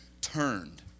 turned